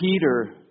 Peter